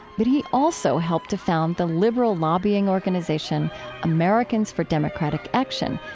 but he also helped to found the liberal lobbying organization americans for democratic action,